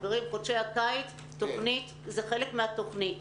רבותיי, חודשי הקיץ זה חלק מהתוכנית.